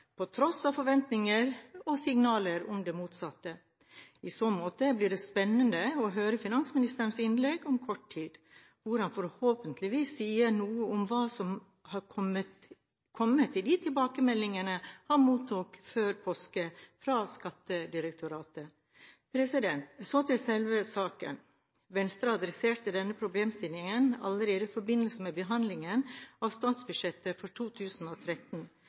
på tross av forventninger og signaler om det motsatte. I så måte blir det spennende å høre finansministerens innlegg om kort tid, hvor han forhåpentligvis sier noe om hva som har kommet i de tilbakemeldingene han mottok før påske fra Skattedirektoratet. Så til selve saken. Venstre adresserte denne problemstillingen allerede i forbindelse med behandlingen av statsbudsjettet for 2013.